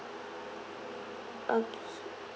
okay